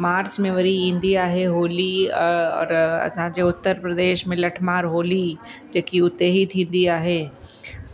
मार्च में वरी ईंदी आहे होली और असांजे उत्तर प्रदेश में लठ मार होली जेकी उते ई थींदी आहे